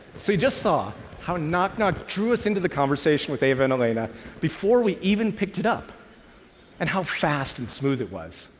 so you just saw how knock knock drew us into the conversation with ava and elena before we even picked it up and how fast and smooth it was.